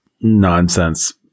nonsense